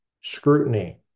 scrutiny